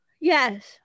yes